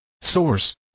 Source